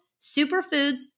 superfoods